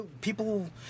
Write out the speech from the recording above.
people